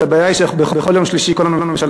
הבעיה היא שבכל יום שלישי כל הממשלה